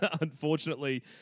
Unfortunately